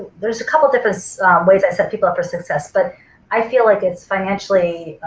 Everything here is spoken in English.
there's a couple different ways that set people up for success but i feel like it's financially